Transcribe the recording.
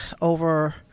over